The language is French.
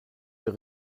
j’ai